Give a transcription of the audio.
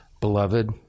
beloved